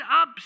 up